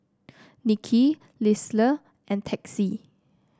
Nicki Lisle and Texie